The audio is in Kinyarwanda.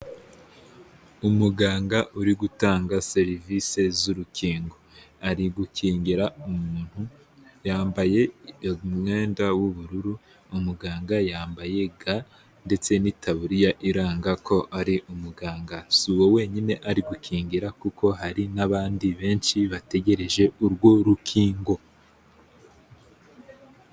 Umuganga uri gutanga serivisi z'urukingo, ari gukingira umuntu yambaye umwenda w'ubururu, umuganga yambaye ga ndetse n'itabuririya iranga ko ari umuganga, si uwo wenyine ari gukingira, kuko hari n'abandi benshi bategereje urwo rukingo.